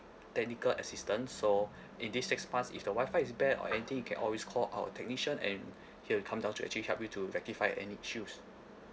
technical assistance so in this six months if the wifi is bad or anything you can always call our technician and he will come down to actually help you to rectified any issues